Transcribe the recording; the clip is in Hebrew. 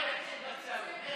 נתקבלו.